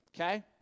Okay